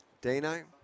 Dino